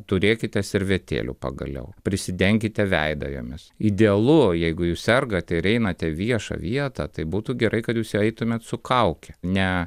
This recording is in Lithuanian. turėkite servetėlių pagaliau prisidenkite veidą jomis idealu jeigu jūs sergate ir einate į viešą vietą tai būtų gerai kad jūs eitumėt su kauke ne